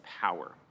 power